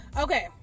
Okay